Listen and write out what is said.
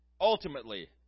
ultimately